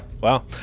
Wow